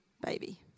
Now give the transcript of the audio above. baby